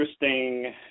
interesting